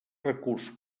recurs